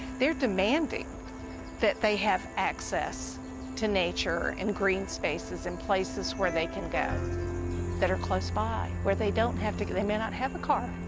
they're demanding that they have access to nature and green spaces and places where they can go that are close by, where they don't have to they may not have a car.